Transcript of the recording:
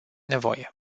nevoie